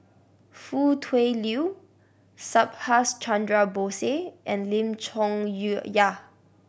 Foo Tui Liew Subhas Chandra Bose and Lim Chong Yah